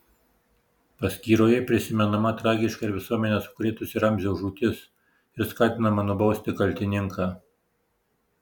paskyroje prisimenama tragiška ir visuomenę sukrėtusi ramzio žūtis ir skatinama nubausti kaltininką